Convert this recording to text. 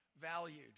valued